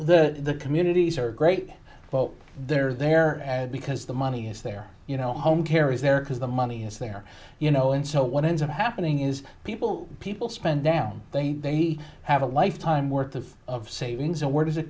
the communities are great but there's there because the money is there you know home care is there because the money is there you know and so what ends up happening is people people spend down they have a lifetime worth of of savings and where does it